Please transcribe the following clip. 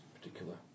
particular